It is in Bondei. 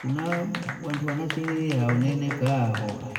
Kuna wantu wana sherehe yao nene kahoa,